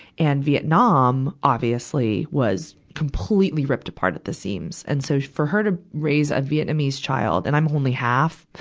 and vietnam, obviously, was completely ripped apart at the seams. and so, for her to raise a vietnamese child and i'm only half,